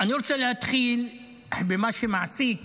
אני רוצה להתחיל במה שמעסיק